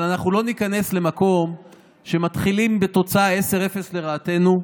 אבל אנחנו לא ניכנס למקום שמתחילים בתוצאה 10:0 לרעתנו,